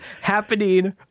happening